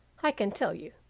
i can tell you.